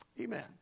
Amen